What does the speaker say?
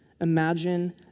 imagine